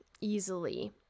easily